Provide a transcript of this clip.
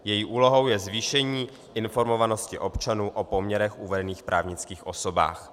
Její úlohou je zvýšení informovanosti občanů o poměrech v uvedených právnických osobách.